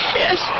yes